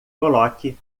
coloque